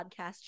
podcast